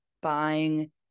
buying